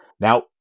Now